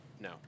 No